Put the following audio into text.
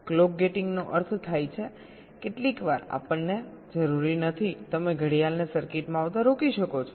clock ગેટિંગનો અર્થ થાય છે કેટલીકવાર આપણને જરૂરી નથી તમે ઘડિયાળને સર્કિટમાં આવતા રોકી શકો છો